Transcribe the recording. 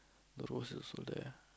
the roses so there